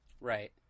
Right